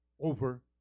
over